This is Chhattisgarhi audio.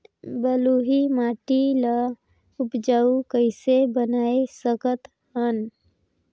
बलुही माटी ल उपजाऊ कइसे बनाय सकत हन?